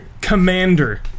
commander